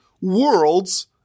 worlds